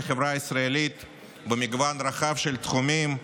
החברה הישראלית במגוון רחב של תחומים,